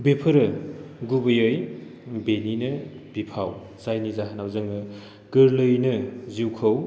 बेफोरो गुबैयै बेनिनो बिफाव जायनि जाहोनाव जोङो गोर्लैयैनो जिउखौ